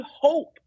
hope